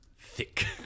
thick